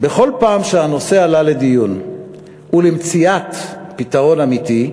בכל פעם שהנושא עלה לדיון ולמציאת פתרון אמיתי,